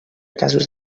casos